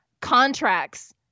contracts